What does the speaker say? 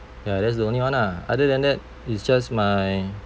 ya that's the only one lah other than that it's just my